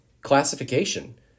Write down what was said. classification